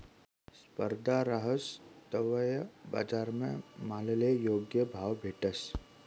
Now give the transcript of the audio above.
स्पर्धा रहास तवय बजारमा मालले योग्य भाव भेटस